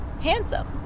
handsome